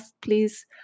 Please